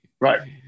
Right